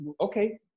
okay